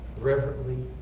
reverently